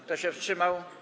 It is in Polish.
Kto się wstrzymał?